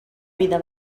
vida